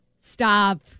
Stop